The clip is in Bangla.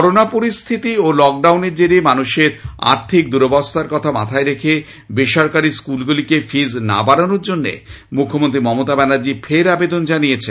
করোনা পরিস্থিতি ও লকডাউন এর জেরে মানুষের আর্থিক দুরবস্থার কথা মাথায় রেখে বেসরকারি স্কুল গুলিকে ফিজ না বাড়ানোর জন্য মুখ্যমন্ত্রী মমতা ব্যানার্জি ফের আবেদন জানিয়েছেন